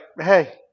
hey